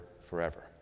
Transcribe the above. forever